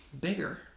Bigger